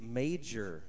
major